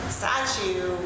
statue